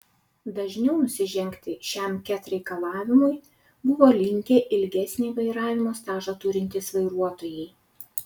dažniau nusižengti šiam ket reikalavimui buvo linkę ilgesnį vairavimo stažą turintys vairuotojai